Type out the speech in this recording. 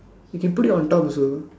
you can put it on top also